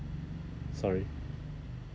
sorry